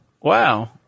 Wow